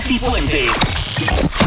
Cipuentes